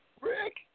Rick